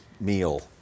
meal